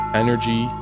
energy